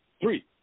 three